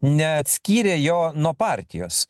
neatskyrė jo nuo partijos